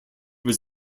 was